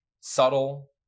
subtle